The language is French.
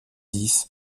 dix